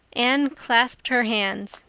anne clasped her hands.